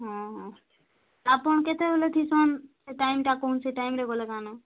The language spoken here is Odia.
ହଁ ହଁ ଆପଣ କେତେବେଳେ ଥିବେ ସେ ଟାଇମ୍ଟା କୁହନ୍ତୁ ସେ ଟାଇମ୍ରେ ଗଲେ କ'ଣ